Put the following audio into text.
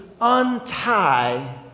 untie